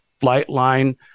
Flightline